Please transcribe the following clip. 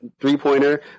three-pointer